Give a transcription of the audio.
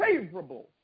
favorable